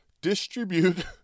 distribute